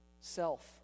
self